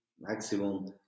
maximum